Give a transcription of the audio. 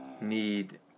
need